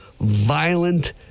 violent